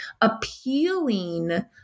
appealing